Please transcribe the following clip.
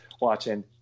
watching